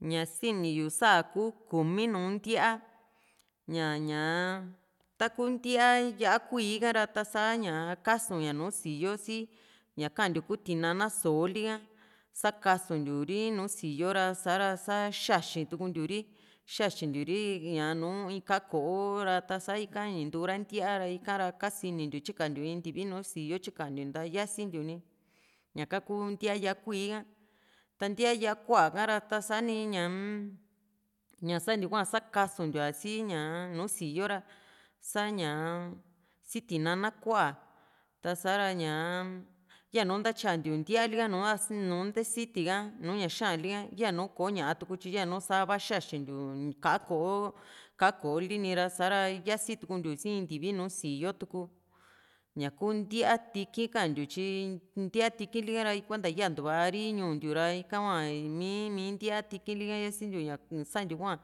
ña siniyu sa´a ku kumi nùù ntíaa ña ñáataku ntíaa yá´a kuíí ha ra ta´sa ñaa kasuña nùù síyoo sii ñakantiu kuu tinana soo´li ka sakasuntiu ri nùù síyoo ra sa´ra sa xaxi tuntiuri xaxintiu ri ñaa nùù in ka´a ko´o ra sa ika in ntura ntíaa ikara kasinintiu tyikantiu in ntivi nùù síyoo tyikantiu nta yasintiu ni ñaka kuu ntíaa yá´a kuíí ka ta ntíaa yá´a ku´a kara sani ñaa-m ña santiu hua sakasuntiu´a i ñaa nùù síyoo ra sa´ña si tinana ku´a tasa ra ña yanu ntatyantiu ntíaali ka nùù nte siti ka nu ña xa´an lika yanu koña tuku tyi yanu iva sa yaxintiu ka´a ko´o ka´a ko´oli nira sa´ra yasintiuntiu sii in ntivi nùù síyoo tuku ñaku ntíaa tiki´n kantiutyi ntíaa tiki´n lika ra kuenta yantuari ñuu ntiu ra ika hua mii mi ntíaa tiki´n liha yasintiu ña santiu hua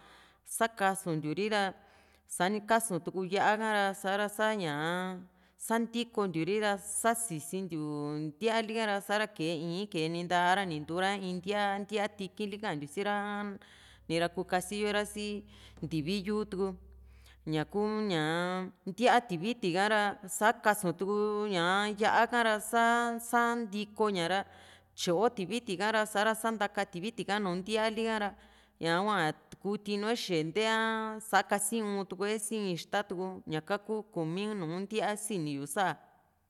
sakasuntiu ri ra sa´ni kasutuku yá´a ra sa´ra ñaa sa ntikontiuri ra sasintiu ntíaa li´ha ra sa´ra kee ii´n keni nta a´ra ni ntuura in ntíaa ntíaa tiki´nli kantiu sira nira kuu kasiyo ra si ntivi yuu tuku ñaku ñaa ntiaa tiviti ha´ra sa kasuu ñaa yá´a ra sa santikoña ra tyo tivitika ra sa´ra santaka tiviti ka nùù ntíaa li kara ñaahua kuu tinue xente a sakasi un tukue siixta tuku ñaka ku kumi nùù ntíaa sini yu saa